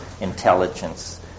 intelligence